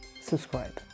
subscribe